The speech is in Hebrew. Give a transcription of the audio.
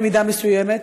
במידה מסוימת,